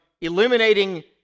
eliminating